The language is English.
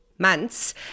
months